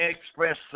express